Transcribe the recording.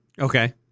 Okay